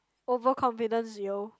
overconfidence yo